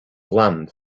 land